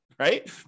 Right